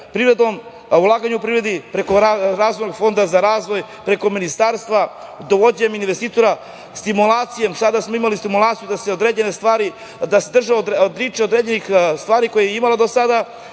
privreda, ulaganje u privredu preko Razvojnog fonda za razvoj, preko ministarstva, dovođenjem investitora, stimulacijom. Sada smo imali stimulaciju da se država odriče određenih stvari koje je imala do sada,